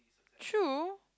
true